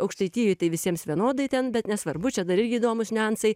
aukštaitijoj tai visiems vienodai ten bet nesvarbu čia dar irgi įdomūs niuansai